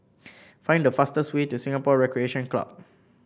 find the fastest way to Singapore Recreation Club